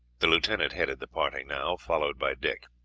the lieutenant headed the party now, followed by dick.